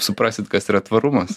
suprasit kas yra tvarumas